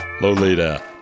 Lolita